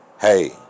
Hey